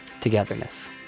togetherness